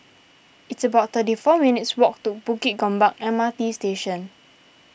it's about thirty four minutes' walk to Bukit Gombak M R T Station